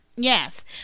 Yes